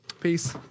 Peace